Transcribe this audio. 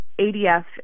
ADF